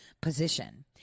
position